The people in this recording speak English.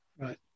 Right